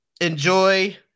Enjoy